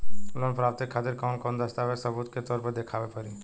Loan प्राप्ति के खातिर कौन कौन दस्तावेज सबूत के तौर पर देखावे परी?